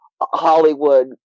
Hollywood